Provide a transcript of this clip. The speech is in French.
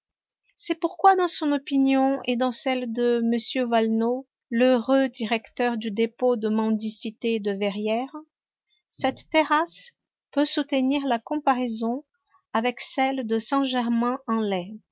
c'est pourquoi dans son opinion et dans celle de m valenod l'heureux directeur du dépôt de mendicité de verrières cette terrasse peut soutenir la comparaison avec celle de saint germain en laye